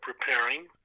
preparing